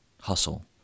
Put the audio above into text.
hustle